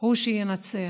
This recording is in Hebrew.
הוא שינצח.